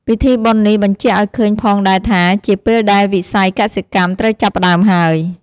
ពិធីបុណ្យនេះបញ្ជាក់ឪ្យឃើញផងដែលថាជាពេលដែលវិស័យកសិកម្មត្រូវចាប់ផ្ដើមហើយ ។